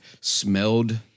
smelled